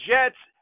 Jets